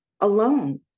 alone